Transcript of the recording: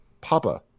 Papa